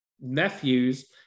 nephews